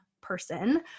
person